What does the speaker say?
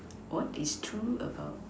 what is true about